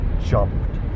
jumped